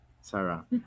Sarah